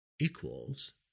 equals